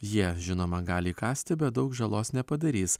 jie žinoma gali įkąsti bet daug žalos nepadarys